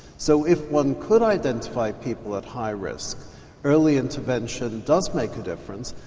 so if one could identify people at high risk early intervention does make a difference.